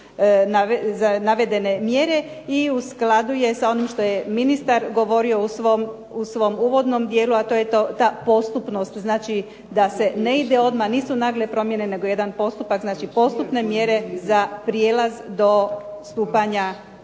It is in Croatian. i u skladu je sa onim što je ministar govorio u svom uvodnom dijelu, a to je ta postupnost. Znači, da se ne ide odmah, nisu nagle promjene, nego jedan postupak, znači postupne mjere za prijelaz do stupanja,